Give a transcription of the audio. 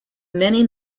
many